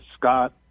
Scott